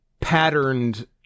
patterned